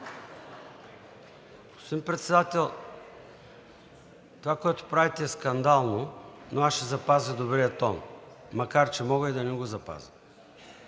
Господин Председател, това, което правите, е скандално, но аз ще запазя добрия тон, макар че мога и да не го запазя.